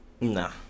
Nah